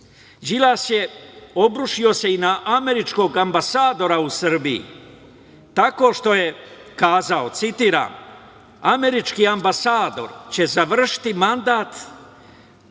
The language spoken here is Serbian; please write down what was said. Đilas se obrušio i na američkog ambasadora u Srbiji, tako što je kazao, citiram: „Američki ambasador će završiti mandat